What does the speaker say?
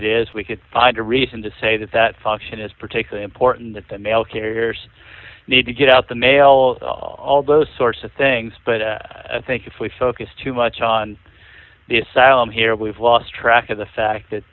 it is we could find a reason to say that that function is particularly important that the mail carriers need to get out the mail all all those sorts of things but i think if we focus too much on the asylum here we've lost track of the fact that